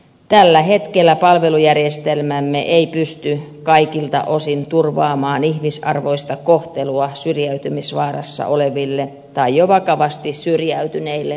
tällä hetkellä palvelujärjestelmämme ei pysty kaikilta osin turvaamaan ihmisarvoista kohtelua syrjäytymisvaarassa oleville tai jo vakavasti syrjäytyneille nuorille